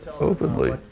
openly